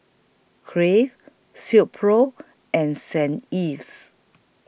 Crave Silkpro and Saint Ives